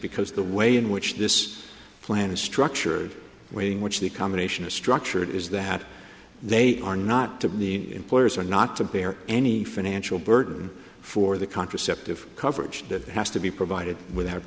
because the way in which this plan is structured way in which the combination is structured is that they are not to the employers or not to bear any financial burden for the contraceptive coverage that has to be provided without